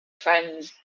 friends